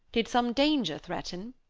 did some danger threaten?